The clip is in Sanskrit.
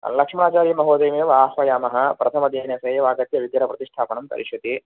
लक्ष्मणाचार्यमहोदयमेव आह्वयामः प्रथमदिने स एव आगत्य विग्रहप्रतिष्ठापनं करिष्यति